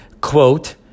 quote